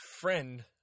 friend